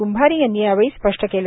कुंभारे यांनी यावेळी स्पष्ट केलं